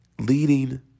leading